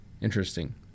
Interesting